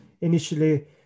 initially